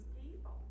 people